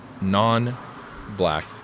non-black